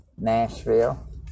Nashville